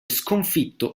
sconfitto